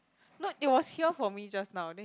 no it was here for me just now